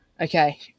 Okay